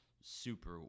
super